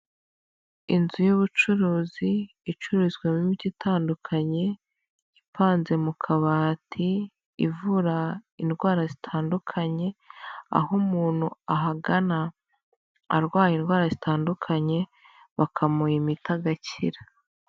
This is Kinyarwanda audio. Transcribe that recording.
Inzu y'ubucuruzi icururizwamo imiti itandukanye, ipanze mu kabati, ivura indwara zitandukanye; aho umuntu ahagana arwaye indwara zitandukanye bakamuha imita agakira.